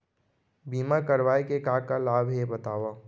बीमा करवाय के का का लाभ हे बतावव?